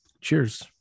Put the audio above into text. Cheers